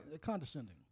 Condescending